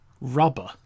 rubber